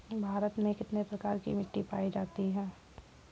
भारत में कितने प्रकार की मिट्टी पायी जाती है?